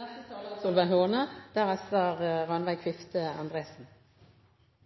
Jeg vil også slutte meg til den rosen til Venstre for at de har fremmet dette omfattende forslaget. Det er